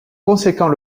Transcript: conséquent